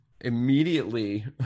immediately